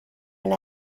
and